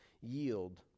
yield